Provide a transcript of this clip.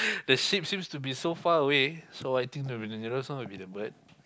the sheep seems to be so far away so I think the nearest one would be the bird